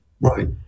Right